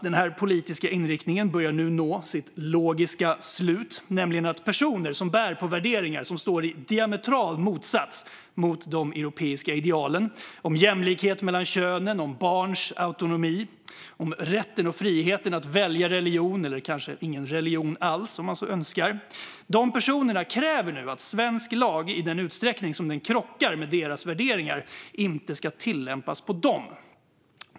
Den här politiska inriktningen börjar nu nå sitt logiska slut: att personer som bär på värderingar som står i diametral motsats till de europeiska idealen - jämlikhet mellan könen, barns autonomi och rätten och friheten att välja religion, eller kanske ingen religion alls - kräver att svensk lag i den utsträckning den krockar med deras värderingar inte ska tillämpas på dem.